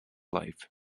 life